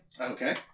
Okay